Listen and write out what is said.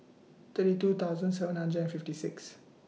thirty two thousand seven hundred and fifty six